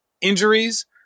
injuries